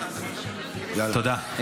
תודה.